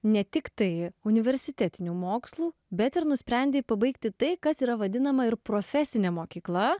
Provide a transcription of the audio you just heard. ne tiktai universitetinių mokslų bet ir nusprendė pabaigti tai kas yra vadinama ir profesinė mokykla